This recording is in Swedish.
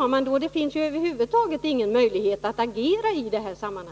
Då finns det ju över huvud taget inga möjligheter för den fackliga organisationen